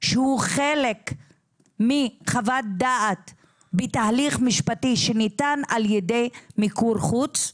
שהוא חלק מחוות דעת בתהליך משפטי שניתן על ידי מיקור חוץ?